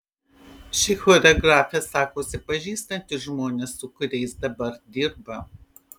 ši choreografė sakosi pažįstanti žmones su kuriais dabar dirba